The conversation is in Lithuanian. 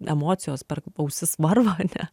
emocijos per ausis varva ane